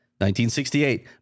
1968